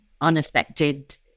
unaffected